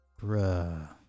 Bruh